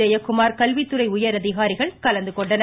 ஜெயக்குமார் கல்வித்துறை உயர்அதிகாரிகள் இதில் கலந்துகொண்டனர்